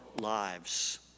lives